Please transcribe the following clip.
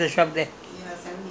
uh seven